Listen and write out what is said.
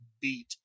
beat